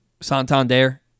Santander